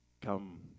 Come